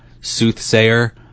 soothsayer